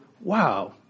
wow